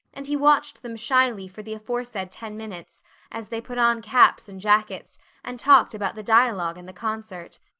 and he watched them shyly for the aforesaid ten minutes as they put on caps and jackets and talked about the dialogue and the concert.